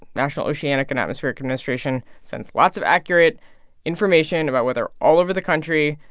national oceanic and atmospheric administration sends lots of accurate information about weather all over the country.